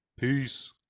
Peace